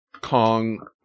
Kong